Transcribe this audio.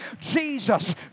Jesus